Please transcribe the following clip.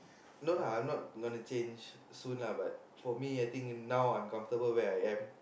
no lah I'm not gonna change soon lah but for me I think now I'm comfortable where I am